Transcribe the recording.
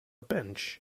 bench